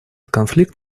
конфликт